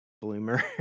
bloomer